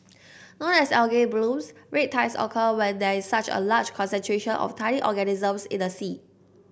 known as algae blooms red tides occur when there is such a large concentration of tiny organisms in the sea